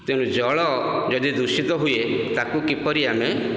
ତେଣୁ ଜଳ ଯଦି ଦୂଷିତ ହୁଏ ତାକୁ କିପରି ଆମେ